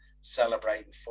celebrating